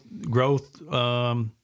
growth